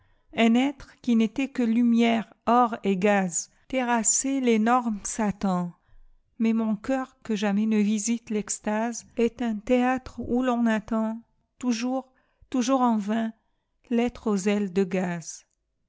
un être qui nétait que lumière or et gaze terrasser l'énorme satan mais mon cœur que jamais ne visite textase est un théâtre où l'on attendtoujours toujours en vain l'être aux ailes de gaze